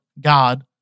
God